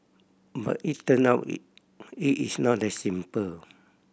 but it turn out it it is not that simple